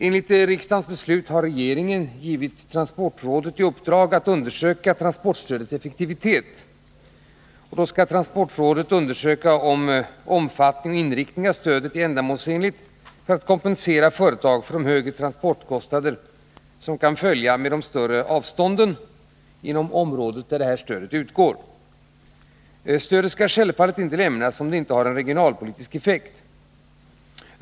Enligt beslut av riksdagen har regeringen gett transportrådet i uppdrag att undersöka transportstödets effektivitet. Rådet skall därvid undersöka om stödets omfattning och inriktning är ändamålsenliga för att kompensera företag för de högre transportkostnader som kan följa med de större transportavstånden inom det område där transportstödet utgår. Stödet skall självfallet inte lämnas om det inte har en regionalpolitisk effekt.